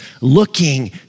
looking